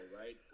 right